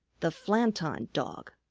the flanton dog.